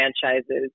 franchises